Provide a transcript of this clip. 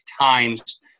times